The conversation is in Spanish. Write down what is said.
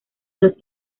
los